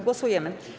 Głosujemy.